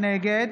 נגד